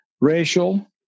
racial